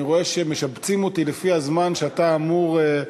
אני רואה שמשבצים אותי לפי הזמן שאתה אמור,